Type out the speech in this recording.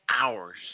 hours